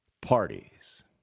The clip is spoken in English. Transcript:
parties